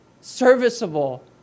serviceable